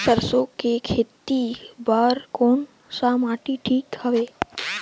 सरसो के खेती बार कोन सा माटी ठीक हवे?